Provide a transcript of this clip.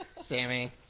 Sammy